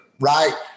Right